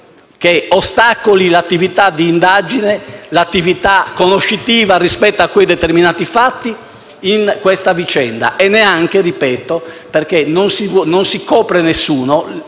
che ostacoli l'attività d'indagine e l'attività conoscitiva rispetto a quei determinati fatti in questa vicenda. Qui non si copre nessuno,